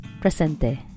presente